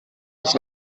uns